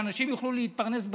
שאנשים יוכלו להתפרנס בכבוד,